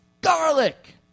garlic